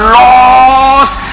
lost